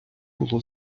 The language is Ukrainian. було